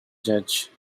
judge